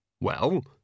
Well